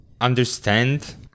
understand